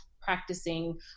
practicing